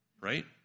right